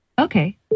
Okay